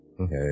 Okay